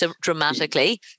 dramatically